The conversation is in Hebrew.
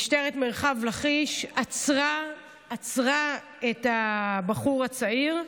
משטרת מרחב לכיש עצרה את הבחור הצעיר,